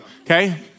okay